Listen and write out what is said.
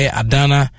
adana